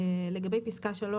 לגבי פסקה (3),